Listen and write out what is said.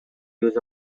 use